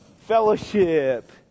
fellowship